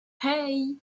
hey